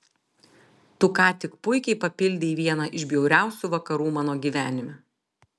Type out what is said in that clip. tu ką tik puikiai papildei vieną iš bjauriausių vakarų mano gyvenime